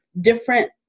different